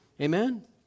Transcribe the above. Amen